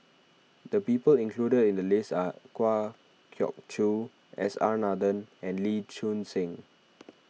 the people included in the list are Kwa Geok Choo S R Nathan and Lee Choon Seng